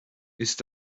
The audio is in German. ist